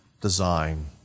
design